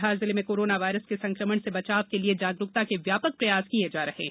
धार जिले में coronavirus के संकमण से बचाव के लिए जागरुकता के व्यापक प्रयास किये जा रहे हैं